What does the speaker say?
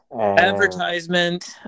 Advertisement